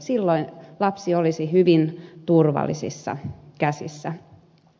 silloin lapsi olisi hyvin turvallisissa käsissä